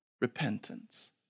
Repentance